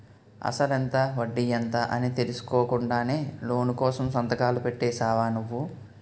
అసలెంత? వడ్డీ ఎంత? అని తెలుసుకోకుండానే లోను కోసం సంతకాలు పెట్టేశావా నువ్వు?